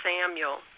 Samuel